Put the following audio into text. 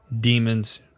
demons